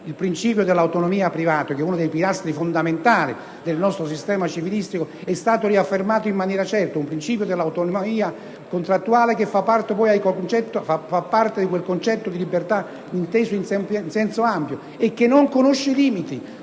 il principio dell'autonomia privata, che è uno dei pilastri fondamentali del nostro sistema civilistico, è stato riaffermato in maniera certa: principio dell'autonomia contrattuale che fa parte del concetto di libertà inteso in senso ampio e che non conosce limiti,